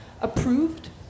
approved